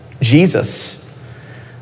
Jesus